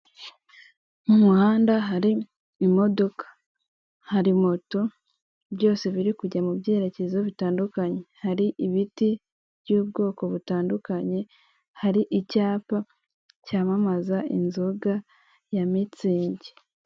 Mu muhanda hari imodoka, hari moto byose biri kujya mu byerekezo bitandukanye, hari ibiti by'ubwoko butandukanye, hari icyapa cyamamaza inzoga ya mitsingi.